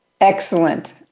Excellent